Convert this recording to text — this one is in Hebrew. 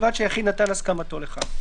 ובלבד שהיחיד נתן הסכמתו לכך.